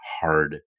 hard